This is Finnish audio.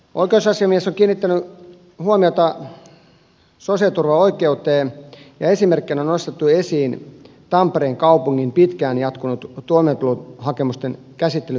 oikeusasiamies on kiinnittänyt huomiota sosiaaliturvaoikeuteen ja esimerkkinä on nostettu esiin tampereen kaupungin pitkään jatkunut toimeentulohakemusten käsittelyn viivästyminen